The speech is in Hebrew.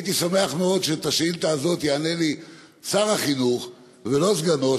אשמח מאוד אם על השאילתה הזאת יענה לי שר החינוך ולא סגנו,